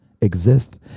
exist